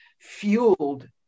fueled